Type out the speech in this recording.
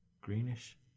greenish